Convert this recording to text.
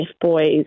boys